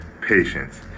patience